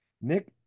Nick